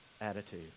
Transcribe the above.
attitude